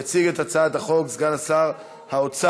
יציג את הצעת החוק סגן שר האוצר,